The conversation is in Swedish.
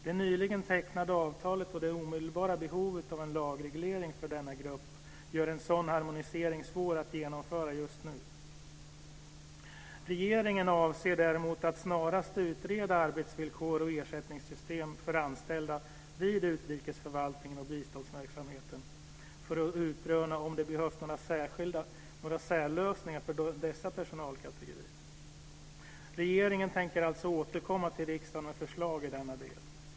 Det nyligen tecknade avtalet och det omedelbara behovet av en lagreglering för denna grupp gör en sådan harmonisering svår att genomföra just nu. Regeringen avser däremot att snarast utreda arbetsvillkor och ersättningssystem för anställda vid utrikesförvaltningen och biståndsverksamheten för att utröna om det behövs några särlösningar för dessa personalkategorier. Regeringen tänker alltså återkomma till riksdagen med förslag i denna del.